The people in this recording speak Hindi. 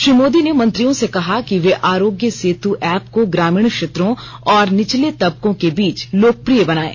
श्री मोदी ने मंत्रियों से कहा कि वे आरोग्य सेतु ऐप को ग्रामीण क्षेत्रों और निचर्ले तबकों के बीच लोकप्रिय बनायें